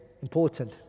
Important